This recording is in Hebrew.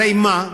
הרי מה,